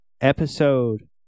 episode